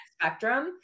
spectrum